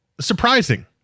surprising